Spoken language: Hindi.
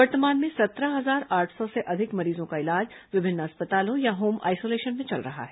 वर्तमान में सत्रह हजार आठ सौ से अधिक मरीजों का इलाज विभिन्न अस्पतालों या होम आइसोलेशन में चल रहा है